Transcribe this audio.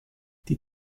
die